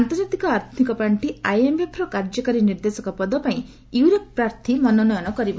ଆନ୍ତର୍ଜାତିକ ଆର୍ଥିକ ପାର୍ଷି ଆଇଏମ୍ଏଫ୍ର କାର୍ଯ୍ୟକାରୀ ନିର୍ଦ୍ଦେଶକ ପଦ ପାଇଁ ୟୁରୋପ ପ୍ରାର୍ଥୀ ମନୋନୟନ କରିବ